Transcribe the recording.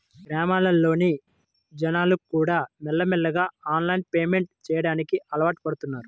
గ్రామాల్లోని జనాలుకూడా మెల్లమెల్లగా ఆన్లైన్ పేమెంట్ చెయ్యడానికి అలవాటుపడుతన్నారు